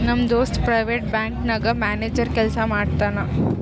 ನಮ್ ದೋಸ್ತ private bank ನಾಗ್ ಮ್ಯಾನೇಜರ್ ಕೆಲ್ಸಾ ಮಾಡ್ತಾನ್